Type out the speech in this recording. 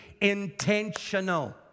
intentional